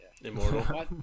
Immortal